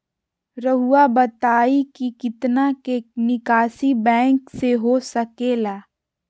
रहुआ बताइं कि कितना के निकासी बैंक से हो सके ला?